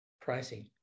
pricing